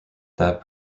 that